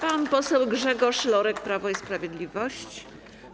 Pan poseł Grzegorz Lorek, Prawo i Sprawiedliwość.